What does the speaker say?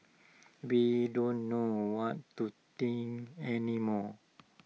we don't know what to think any more